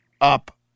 up